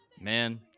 man